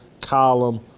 column